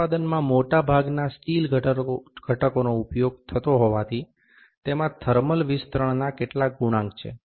ઉત્પાદનમાં મોટાભાગના સ્ટીલ ઘટકોનો ઉપયોગ થતો હોવાથી તેમાં થર્મલ વિસ્તરણનાં કેટલાક ગુણાંક છે